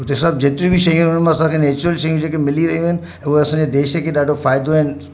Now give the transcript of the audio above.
हुते सभु जेतिरियूं बि शयूं हुयूं असांखे नैचुरल शयूं जेके मिली रहियूं आहिनि उहे असांजे देश खे ॾाढो फ़ाइदो ऐं